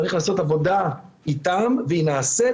צריך לעשות עבודה איתם, והיא נעשית.